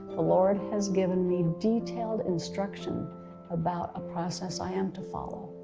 the lord has given me detailed instruction about a process i am to follow.